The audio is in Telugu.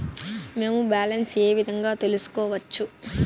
మేము బ్యాలెన్స్ ఏ విధంగా తెలుసుకోవచ్చు?